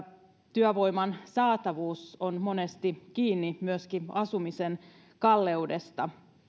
työvoiman saatavuus on monesti kiinni myöskin asumisen kalleudesta